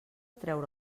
treure